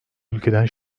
ülkeden